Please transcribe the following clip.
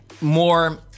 more